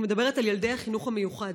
אני מדברת על ילדי החינוך המיוחד.